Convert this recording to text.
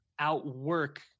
outwork